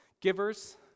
Givers